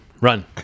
run